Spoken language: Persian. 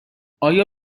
آیا